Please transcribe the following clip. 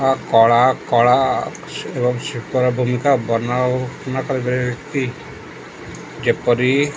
କଳା କଳା ଏବଂ ଶିଳ୍ପର ଭୂମିକା ବର୍ଣ୍ଣନା କରିବେ କି ଯେପରି